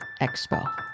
Expo